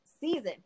season